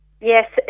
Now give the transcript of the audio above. Yes